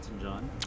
John